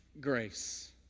grace